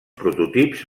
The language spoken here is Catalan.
prototips